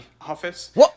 office